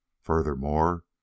furthermore